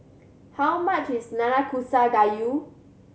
how much is Nanakusa Gayu